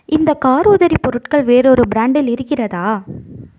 இந்த கார் உதிரி பொருட்கள் வேறொரு பிராண்டில் இருக்கிறதா